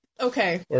Okay